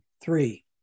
Three